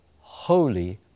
holy